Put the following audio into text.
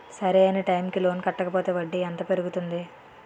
సరి అయినా టైం కి లోన్ కట్టకపోతే వడ్డీ ఎంత పెరుగుతుంది?